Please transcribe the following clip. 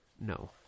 no